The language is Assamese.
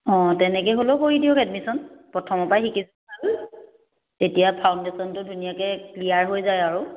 অঁ তেনেকে হ'লেও কৰি দিয়ক এডমিশ্যন প্ৰথমৰ পৰা শিকিছিল ভাল এতিয়া ফাউণ্ডেশ্যনটো ধুনীয়াকে ক্লিয়াৰ হৈ যায় আৰু